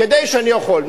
כדי שאני אוכל.